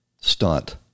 stunt